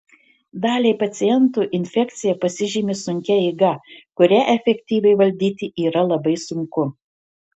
daliai pacientų infekcija pasižymi sunkia eiga kurią efektyviai valdyti yra labai sunku